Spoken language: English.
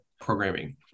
programming